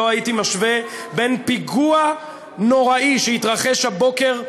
לא הייתי משווה בין פיגוע נוראי שהתרחש הבוקר,